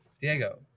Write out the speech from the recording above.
Diego